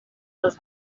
les